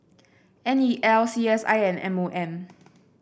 N E L C S I and M O M